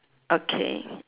okay